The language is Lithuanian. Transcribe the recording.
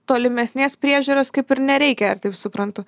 tolimesnės priežiūros kaip ir nereikia ar taip suprantu